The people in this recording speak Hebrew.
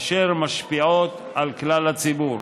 אשר משפיעות על כלל הציבור.